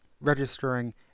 registering